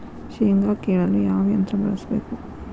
ಶೇಂಗಾ ಕೇಳಲು ಯಾವ ಯಂತ್ರ ಬಳಸಬೇಕು?